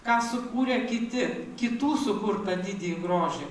ką sukūrė kiti kitų sukurtą didįjį grožį